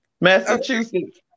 Massachusetts